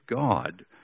God